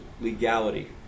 legality